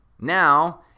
Now